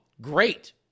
Great